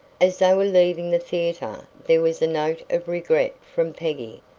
as they were leaving the theater, there was a note of regret from peggy.